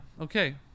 Okay